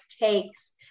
cakes